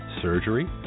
surgery